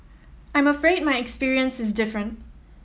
I'm afraid my experience is different